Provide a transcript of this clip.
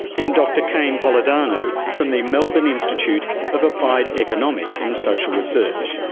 and dr cain polidano from the melbourne institute of applied economic and social research.